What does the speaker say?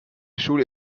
schule